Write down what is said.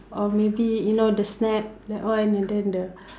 or maybe you know the snap that one and then the